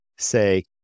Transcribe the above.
say